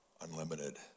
unlimited